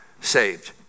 saved